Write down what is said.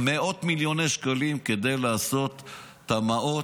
מאות מיליוני שקלים כדי לעשות תמ"אות.